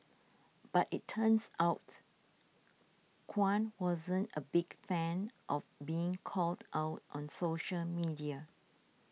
but it turns out Kwan wasn't a big fan of being called out on social media